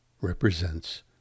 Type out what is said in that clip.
represents